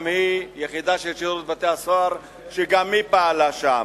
יחידה של שירות בתי-הסוהר, שגם היא פעלה שם.